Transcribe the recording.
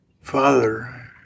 father